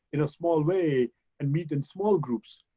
in a small way and meet in small groups.